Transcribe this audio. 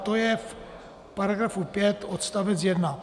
To je v § 5 odstavec 1.